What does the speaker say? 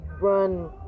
run